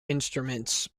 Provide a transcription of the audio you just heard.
instruments